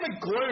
glue